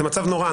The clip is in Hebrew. זה מצב נורא,